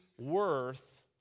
worth